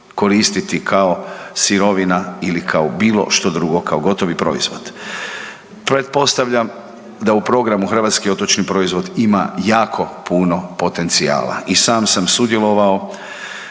koristiti kao sirovina ili kao bilo što drugo, kao gotovi proizvod. Pretpostavljam da u programu Hrvatski otočni proizvod ima jako puno potencijala i sam sam sudjelovao